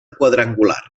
quadrangular